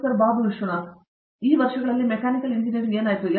professor Babu Vishwanath ವರ್ಷಗಳಲ್ಲಿ mechanical engineering ಏನಾಯಿತು